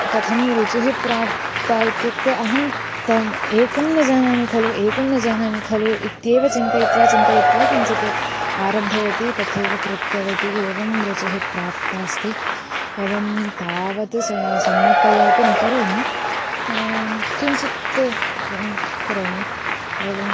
कथं रुचिः प्राप्ता इत्युक्ते अहं तम् एकं न जानामि खलु एकं न जानामि खलु इत्येव चिन्तयित्वा चिन्तयित्वा किञ्चित् आरब्धवती तथैव कृतवती एवं रुचिः प्राप्तास्ति एवं तावत् सा सम्यक्तयापि न करोमि किञ्चित् का करोमि एवं